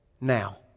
now